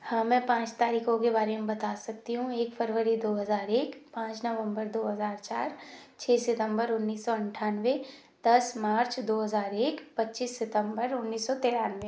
हाँ मैं पाँच तरीख़ों के बारे में बता सकती हूँ एक फरवरी दो हज़ार एक पाँच नवम्बर दो हज़ार चार छः सितंबर उन्नीस सौ अंट्ठानवे दस मार्च दो हज़ार एक पचीस सितंबर उन्नीस सौ तिरानवे